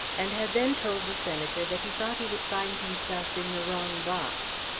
and had then told the senator that he thought he would find himself in the wrong box.